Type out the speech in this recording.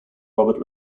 robert